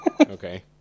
Okay